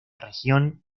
región